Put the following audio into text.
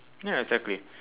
ya exactly